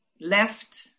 left